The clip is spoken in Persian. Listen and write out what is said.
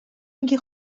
میگی